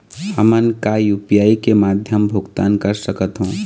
हमन का यू.पी.आई के माध्यम भुगतान कर सकथों?